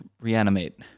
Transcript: reanimate